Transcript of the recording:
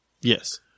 Yes